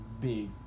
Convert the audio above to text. big